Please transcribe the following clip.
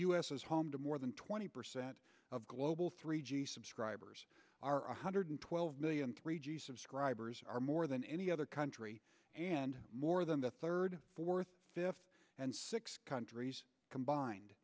is home to more than twenty percent of global three g subscribers are one hundred twelve million three g subscribers are more than any other country and more than the third fourth fifth and sixth countries combined